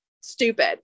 stupid